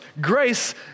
grace